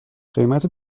قیمت